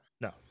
No